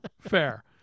Fair